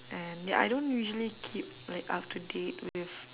and ya I don't usually keep like up to date with